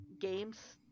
games